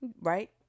Right